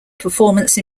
performance